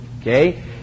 okay